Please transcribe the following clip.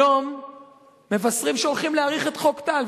היום מבשרים שהולכים להאריך את תוקף חוק טל,